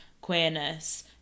queerness